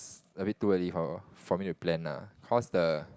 a bit too early for for me to plan lah cause the